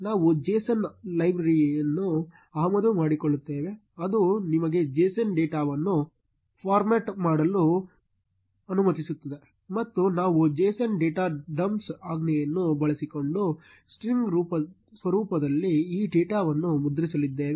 ನಾವು json ಲೈಬ್ರರಿಯನ್ನು ಆಮದು ಮಾಡಿಕೊಳ್ಳುತ್ತೇವೆ ಅದು ನಿಮಗೆ json ಡೇಟಾವನ್ನು ಫಾರ್ಮ್ಯಾಟ್ ಮಾಡಲು ಅನುಮತಿಸುತ್ತದೆ ಮತ್ತು ನಾವು json ಡಾಟ್ ಡಂಪ್ಸ್ ಆಜ್ಞೆಯನ್ನು ಬಳಸಿಕೊಂಡು ಸ್ಟ್ರಿಂಗ್ ಸ್ವರೂಪದಲ್ಲಿ ಈ ಡೇಟಾವನ್ನು ಮುದ್ರಿಸಲಿದ್ದೇವೆ